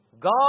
God